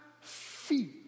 feet